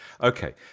Okay